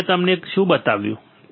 હવે મેં તમને શું બતાવ્યું